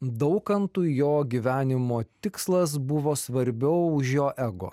daukantui jo gyvenimo tikslas buvo svarbiau už jo ego